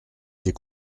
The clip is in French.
des